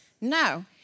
No